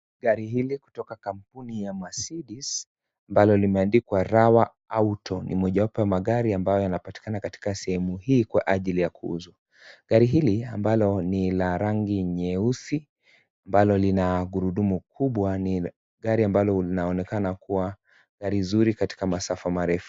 Gari hili kutoka kampuni ya Mercedes, ambalo limeandikuwa Rawa Auto, ni mojawapo ya magari ambayo yanapatikana katika sehemu hii kwa ajili ya kuuzwa. Gari hili ambalo ni La rangi nyeusi ambalo lina gurudumu kubwa, ni gari ambalo linaonekana kuwa gari zuri katika masafa marefu.